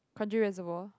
Kranji Reservoir